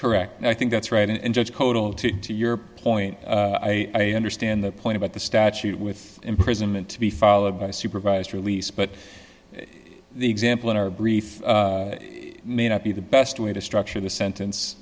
correct and i think that's right and judge total to to your point i understand the point about the statute with imprisonment to be followed by supervised release but the example in our brief may not be the best way to structure the sentence